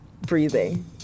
breathing